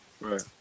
Right